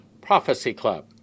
PROPHECYCLUB